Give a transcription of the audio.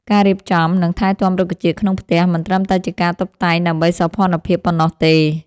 ការរៀបចំ និងថែទាំរុក្ខជាតិក្នុងផ្ទះមិនត្រឹមតែជាការតុបតែងដើម្បីសោភ័ណភាពប៉ុណ្ណោះទេ